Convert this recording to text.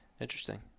interesting